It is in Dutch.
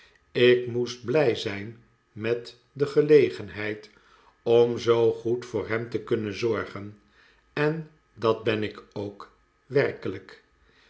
ik moest blij zijn met een gelegenheid om zoo goed voor hem te kunnen zorgen en dat ben ik ook werkelijk